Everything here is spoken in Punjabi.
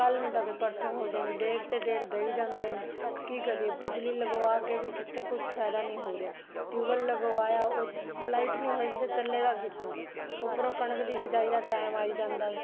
ਕੱਲ੍ਹ ਨਹੀਂ ਤਾਂ ਪਰਸੋਂ ਹੋ ਜਾਊ ਡੇਟ 'ਤੇ ਡੇਟ ਦਈ ਜਾਂਦੇ ਨੇ ਕੀ ਕਰੀਏ ਬਿਜਲੀ ਲਗਵਾ ਕੇ ਵੀ ਕਿੱਥੇ ਕੁਝ ਫਾਇਦਾ ਨਹੀਂ ਹੋ ਰਿਹਾ ਟਿਊਬਲ ਲਗਵਾਇਆ ਉਹ ਲਾਈਟ ਨਹੀਂ ਹੋਏਗੀ ਤਾਂ ਚੱਲੇਗਾ ਕਿੱਥੋਂ ਉੱਪਰੋਂ ਕਣਕ ਦੀ ਬਿਜਾਈ ਦਾ ਟਾਈਮ ਆਈ ਜਾਂਦਾ